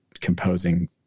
composing